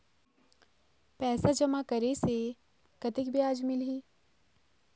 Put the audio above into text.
पैसा जमा करे से कतेक ब्याज मिलही?